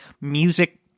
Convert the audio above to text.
music